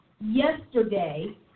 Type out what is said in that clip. yesterday